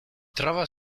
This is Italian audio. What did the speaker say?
trova